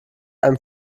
einem